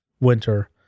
winter